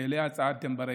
שאליה צעדתם ברגל.